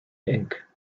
ink